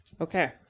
Okay